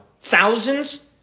thousands